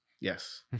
Yes